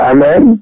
Amen